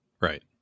Right